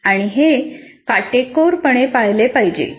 आणि हे काटेकोरपणे पाळले पाहिजे